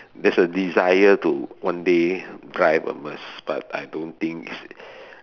there's a desire to one day drive a Merc but I don't think is